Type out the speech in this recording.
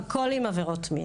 הכול עם עבירות מין.